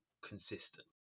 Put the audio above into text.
consistent